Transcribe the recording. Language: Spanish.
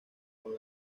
con